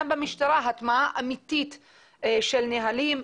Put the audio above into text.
גם במשטרה, הטמעה אמיתית של נוהלים.